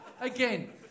again